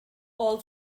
all